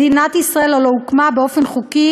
מדינת ישראל הלוא הוקמה באופן חוקי